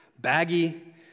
baggy